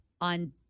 On